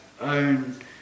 own